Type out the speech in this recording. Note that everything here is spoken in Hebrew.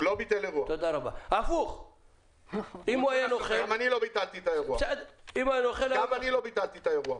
הוא לא ביטל אירוע, וגם אני לא ביטלתי את האירוע.